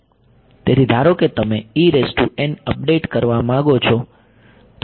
તેથી ધારો કે તમે અપડેટ કરવા માંગો છો